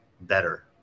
better